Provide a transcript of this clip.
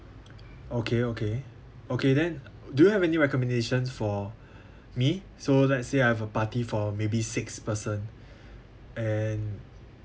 okay okay okay then do you have any recommendation for me so let's say I have a party for maybe six person and